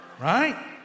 Right